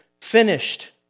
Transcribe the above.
finished